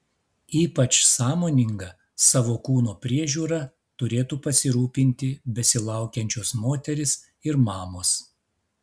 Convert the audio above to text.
ypač sąmoninga savo kūno priežiūra turėtų pasirūpinti besilaukiančios moterys ir mamos